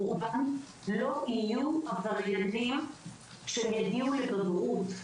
רובם לא יהיו עבריינים כשהם יגיעו לבגרות.